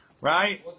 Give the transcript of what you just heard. Right